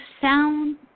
sound